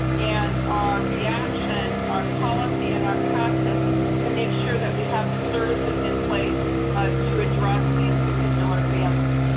and our reaction, our policy, and our practice to make sure that we have the services in place to address these particular families?